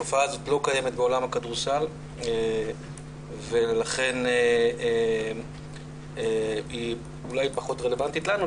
התופעה הזאת לא קיימת בעולם הכדורסל ולכן היא אולי פחות רלוונטית לנו,